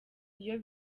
iyo